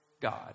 God